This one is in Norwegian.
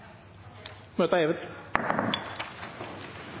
Møtet er hevet.